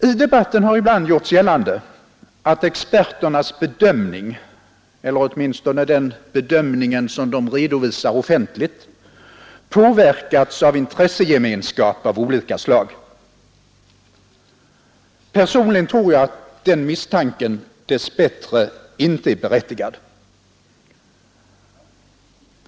I debatten har ibland gjorts gällande, att experternas bedömning — eller åtminstone den bedömning de offentligen redovisar — påverkats av intressegemenskap av olika slag. Personligen tror jag att den misstanken dess bättre inte är berättigad.